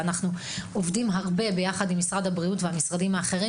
ואנחנו עובדים רבות יחד עם משרד הבריאות ומשרדים אחרים